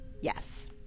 yes